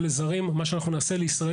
30 שנמצאות בתהליך ושבע שנמצאות,